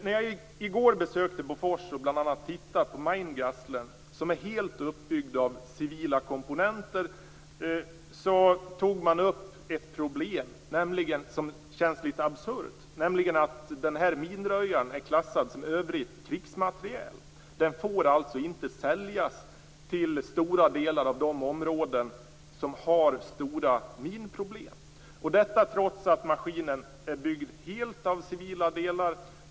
När jag i går besökte Bofors och bl.a. tittade på Mine-Guzzlern, som är helt uppbyggd av civila komponenter, tog man upp ett problem som känns lite absurt, nämligen att den här minröjaren är klassad som övrigt krigsmateriel. Den får alltså inte säljas till stora delar av de områden som har minproblem, detta trots att maskinen är byggd helt av civila delar.